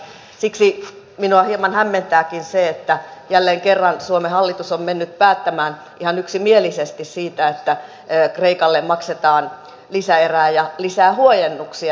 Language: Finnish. siksi minua hieman hämmentääkin se että jälleen kerran suomen hallitus on mennyt päättämään ihan yksimielisesti siitä että kreikalle maksetaan lisäerä ja annetaan lisää huojennuksia velkaehtojen huojennuksia